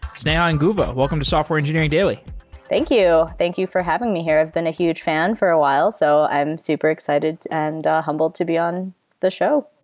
sneha inguva, welcome to software engineering daily thank you. thank you for having me here. i've been a huge fan for a while, so i'm super excited and humbled to be on the show.